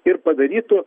ir padarytų